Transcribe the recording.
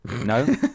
no